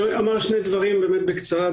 אומר שני דברים בקצרה,